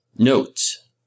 Notes